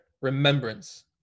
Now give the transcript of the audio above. remembrance